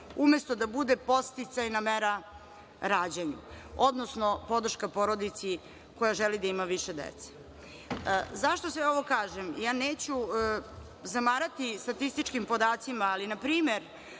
umesto da bude podsticajna mera rađanju, odnosno podrška porodici koja želi da ima više dece.Zašto sve ovo kažem? Ja neću zamarati statističkim podacima, ali npr.